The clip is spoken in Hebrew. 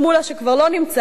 שכבר לא נמצא כאן,